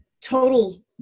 total